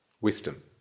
Wisdom